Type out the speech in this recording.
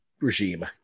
regime